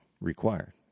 required